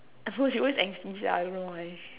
I forgot she always angsty sia I don't know why